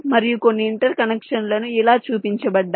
మరియు కొన్ని ఇంటర్ కనెక్షన్లు ఇలా చూపించబడ్డాయి